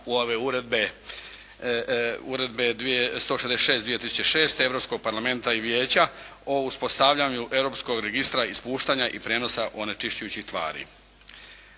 ove uredbe 166/2006. europskog parlamenta i vijeća o uspostavljanju europskog registra ispuštanja i prijenosa onečišćujućih tvari.